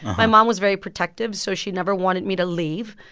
my mom was very protective, so she never wanted me to leave.